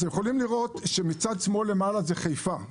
אפשר לראות שבצד שמאל למעלה זה חיפה,